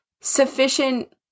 sufficient